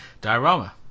Diorama